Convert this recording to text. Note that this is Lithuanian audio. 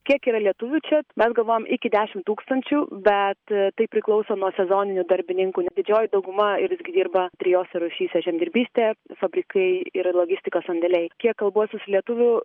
kiek yra lietuvių čia mes galvojam iki dešim tūkstančių bet tai priklauso nuo sezoninių darbininkų didžioji dauguma irgi dirba trijose rūšyse žemdirbystė fabrikai ir logistikos sandėliai kiek kalbuosi su lietuvių